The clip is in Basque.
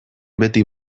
beti